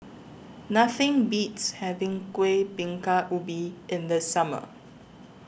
Nothing Beats having Kueh Bingka Ubi in The Summer